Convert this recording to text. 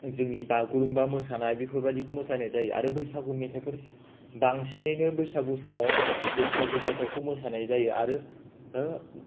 जोंनि बागुरुम्बा मोसानाय बेफोरबादिखौ मोसानाय जायो आरो बैसागु मेथाइफोर बांसिनैनो बैसागु समाव बैसागु मेथाइखौ मोसानाय जायो आरो